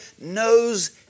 knows